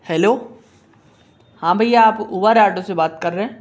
hello हाँ भैया आप उबर ऑडो से बात कर रहें